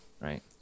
right